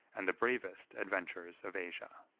and the bravest adventures of asia.